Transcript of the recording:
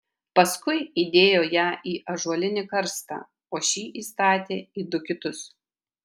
paskui įdėjo ją į ąžuolinį karstą o šį įstatė į du kitus